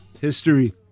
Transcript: history